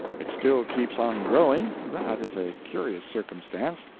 it still keeps on growing that is a curious circumstance,